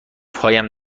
پایم